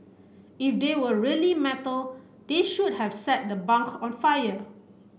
if they were really metal they should have set the bunk on fire